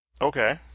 Okay